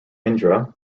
indra